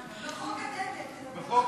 בחוק הדגל.